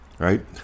right